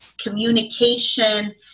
communication